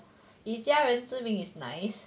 以家人之名 is nice